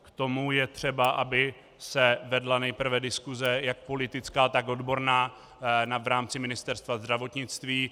K tomu je třeba, aby se vedla nejprve diskuse, jak politická, tak odborná, v rámci Ministerstva zdravotnictví.